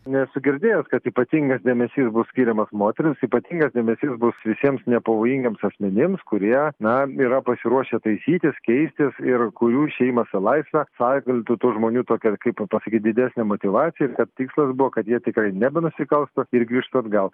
nesu girdėjęs kad ypatingas dėmesys bus skiriamas moterims ypatingas dėmesys bus visiems nepavojingiems asmenims kurie na yra pasiruošę taisytis keistis ir kurių išėjimas į laisvę sąlygotų tų žmonių tokią kaip pasakyt didesnę motyvaciją ir kad tikslas buvo kad jie tikrai nebenusikalstų ir grįžtų atgal